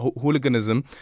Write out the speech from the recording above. hooliganism